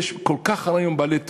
ויש היום כל כך הרבה בעלי תואר,